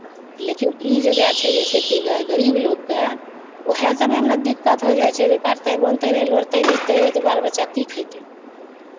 लेकिन ई जे जकरा छै से कि गरीब लोककेँ उएह समयमे ने दिक्कत होय जाइ छै काटतै बोनतै नहि लोढ़तै बिछतै नहि तऽ बाल बच्चा की खयतै